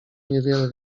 niewiele